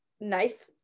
knife